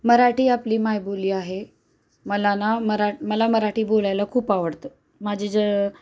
मराठी आपली मायबोली आहे मला ना मरा मला मराठी बोलायला खूप आवडतं माझी ज